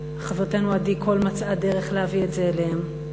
שחברתנו עדי קול מצאה דרך להביא את זה אליהן.